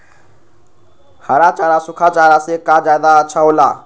हरा चारा सूखा चारा से का ज्यादा अच्छा हो ला?